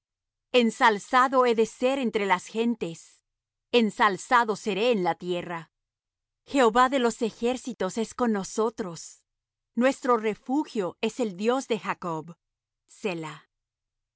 ensalzado he de ser entre las gentes ensalzado seré en la tierra jehová de los ejércitos es con nosotros nuestro refugio es el dios de jacob